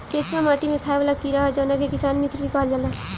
केचुआ माटी में खाएं वाला कीड़ा ह जावना के किसान मित्र भी कहल जाला